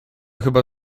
chyba